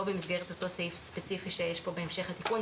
במסגרת אותו סעיף ספציפי שיש כאן בהמשך התיקון,